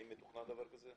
האם מתוכנן דבר כזה?